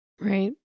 Right